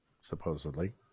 supposedly